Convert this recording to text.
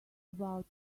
about